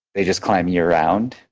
they just climb year round.